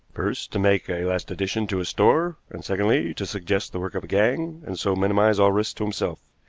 first, to make a last addition to his store, and, secondly, to suggest the work of a gang, and so minimize all risk to himself.